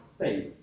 faith